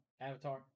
Avatar